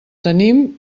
tenim